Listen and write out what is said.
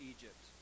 Egypt